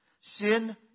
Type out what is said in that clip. Sin